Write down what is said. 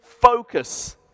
focus